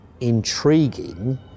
intriguing